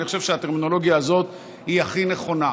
חושב שהטרמינולוגיה הזאת היא הכי נכונה.